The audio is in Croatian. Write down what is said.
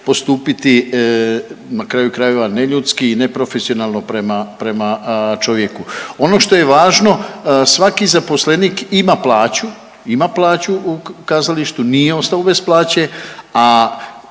postupiti na kraju krajeva neljudski i neprofesionalno prema čovjeku. Ono što je važno svaki zaposlenik ima plaću, ima plaću u kazalištu, nije ostao bez plaće, a